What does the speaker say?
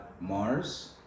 Mars